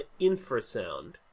infrasound